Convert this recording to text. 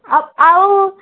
ଆଉ